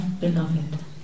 beloved